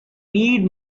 need